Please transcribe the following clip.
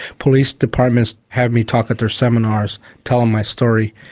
police departments have me talk at their seminars, tell them my story,